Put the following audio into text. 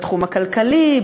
בתחום הכלכלי,